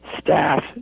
staff